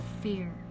fear